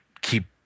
keep